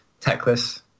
Techless